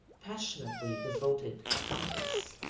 passionately devoted accomplice.